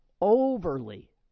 overly